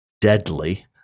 deadly